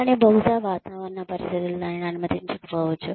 కానీ బహుశా వాతావరణ పరిస్థితులు దానిని అనుమతించకపోవచ్చు